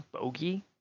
Bogey